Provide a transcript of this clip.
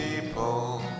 people